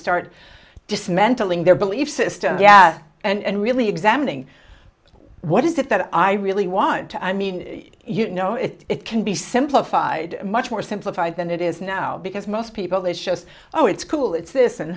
start dismantling their belief system and really examining what is it that i really want to i mean you know it it can be simplified much more simplified than it is now because most people it shows oh it's cool it's this and